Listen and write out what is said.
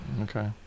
Okay